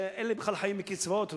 ואלה חיים בכלל מקצבאות,